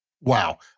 wow